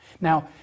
Now